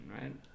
right